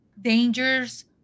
dangers